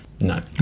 No